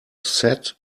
set